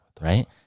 right